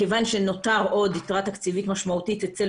כיוון שנותרה יתרה תקציבית משמעותית אצל